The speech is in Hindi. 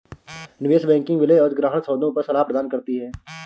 निवेश बैंकिंग विलय और अधिग्रहण सौदों पर सलाह प्रदान करती है